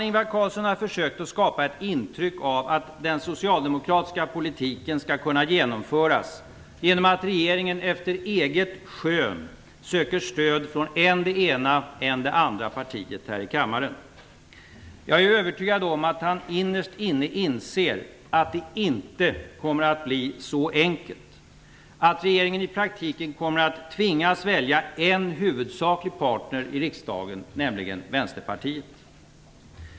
Ingvar Carlsson har försökt att skapa ett intryck av att den socialdemokratiska politiken skall kunna genomföras genom att regeringen efter eget skön söker stöd från än det ena än det andra partiet här i kammaren. Jag är övertygad om att han innerst inne inser att det inte kommer att bli så enkelt, att regeringen i praktiken kommer att tvingas välja en huvudsaklig partner i riksdagen, nämligen Vänsterpartiet.